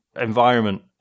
environment